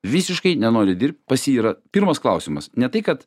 visiškai nenori dirbt pas jį yra pirmas klausimas ne tai kad